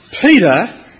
Peter